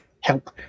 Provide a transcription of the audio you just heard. help